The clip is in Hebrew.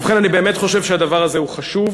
ובכן, אני בהחלט חושב שהדבר הזה חשוב.